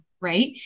right